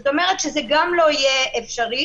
זאת אומרת שזה גם לא יהיה אפשרי.